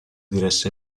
diresse